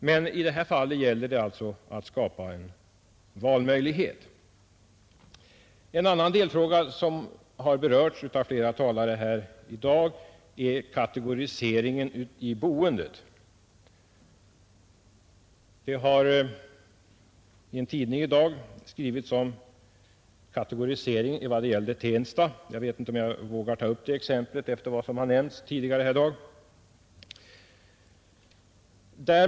Men i detta fall gäller det alltså att skapa en valmöjlighet. En annan delfråga som har berörts av flera talare här i dag är kategoriseringen i boendet. Det har i en tidning i dag skrivits om kategoriseringen i Tensta. Jag vet inte om jag vågar ta upp det exemplet efter vad som har nämnts här tidigare i dag.